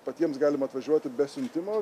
patiems galima atvažiuoti be siuntimo